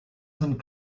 saint